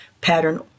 pattern